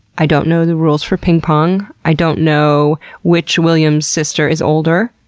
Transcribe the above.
i don't know the rules for ping pong. i don't know which williams sister is older.